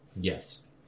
Yes